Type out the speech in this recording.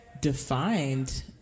defined